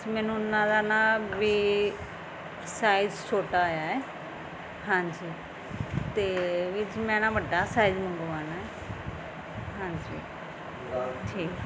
ਜੀ ਮੈਨੂੰ ਉਹਨਾ ਦਾ ਨਾ ਵੀ ਸਾਈਜ਼ ਛੋਟਾ ਆਇਆ ਹੈ ਹਾਂਜੀ ਅਤੇ ਵੀਰ ਜੀ ਮੈਂ ਨਾ ਵੱਡਾ ਸਾਈਜ ਮੰਗਵਾਉਣਾ ਹੈ ਹਾਂਜੀ ਜੀ ਠੀਕ